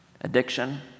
Addiction